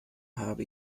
habe